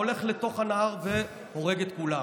והולך לתוך הנהר והורג את כולם.